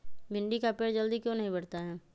भिंडी का पेड़ जल्दी क्यों नहीं बढ़ता हैं?